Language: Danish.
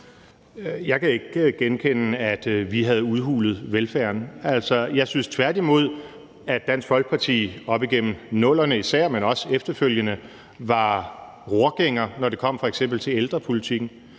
Jeg kan ikke genkende, at vi udhulede velfærden. Altså, jeg synes tværtimod, at Dansk Folkeparti op igennem 00'erne især, men også efterfølgende var rorgænger, når det kom f.eks. til ældrepolitikken.